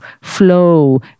flow